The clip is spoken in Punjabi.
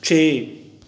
ਛੇ